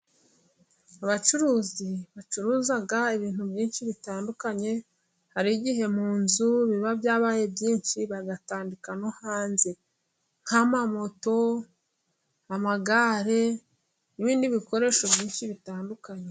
Abacuruzi bacuruza ibintu byinshi bitandukanye. Hari igihe mu inzu biba byabaye byinshi bagatandika no hanze nk'amamoto, amagare n'ibindi bikoresho byinshi bitandukanye.